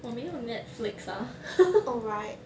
我没有 netflix ah